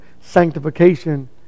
sanctification